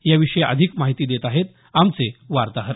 या विषयी अधिक माहिती देत आहेत आमचे वार्ताहर